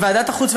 בוועדת החוץ